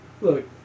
Look